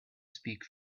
speak